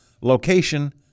location